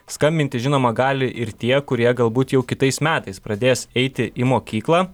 skambinti žinoma gali ir tie kurie galbūt jau kitais metais pradės eiti į mokyklą